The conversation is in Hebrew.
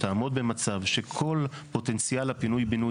תעמוד במצב שכל פוטנציאל הפינוי-בנוי